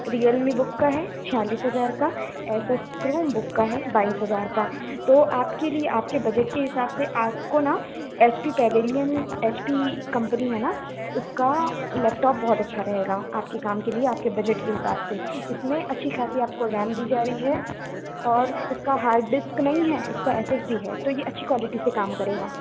real me book का है छियालीस हज़ार का एैसुस क्रोमबुक का है बाईस हज़ार का तो आपके लिए आपके बजट के हिसाब से आपको ना एचपी पैवेलियन एचपी कंपनी है ना उसका लैपटॉप बहुत अच्छा रहेगा आपके काम के लिए आपके बजट के हिसाब से इसमें अच्छी खासी आपको रैम दी जा रही है और इसका हार्ड डिस्क नहीं है इसका एसएसडी है तो ये अच्छी क्वालिटी से काम करेगा